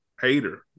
Hater